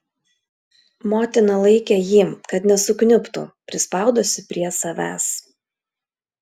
motina laikė jį kad nesukniubtų prispaudusi prie savęs